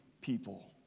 people